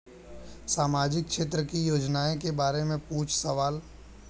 सामाजिक क्षेत्र की योजनाए के बारे में पूछ सवाल?